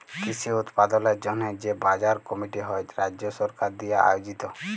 কৃষি উৎপাদলের জন্হে যে বাজার কমিটি হ্যয় রাজ্য সরকার দিয়া আয়জিত